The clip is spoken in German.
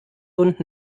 und